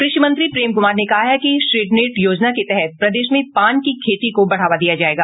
कृषि मंत्री प्रेम कुमार ने कहा है कि शेडनेट योजना के तहत प्रदेश में पान की खेती को बढ़ावा दिया जायेगा